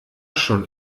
schon